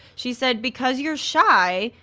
she said because you're shy,